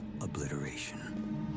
obliteration